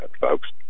folks